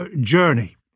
journey